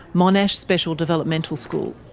monash special developmental school.